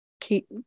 keep